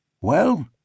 Well